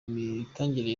mitangire